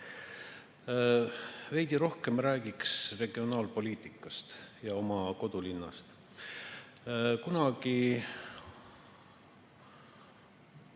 Veidi rohkem ma räägiks regionaalpoliitikast ja oma kodulinnast. Kunagi ...